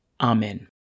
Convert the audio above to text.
Amen